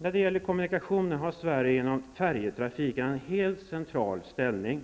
När det gäller kommunikationer har Sverige genom färjetrafiken en helt central ställning.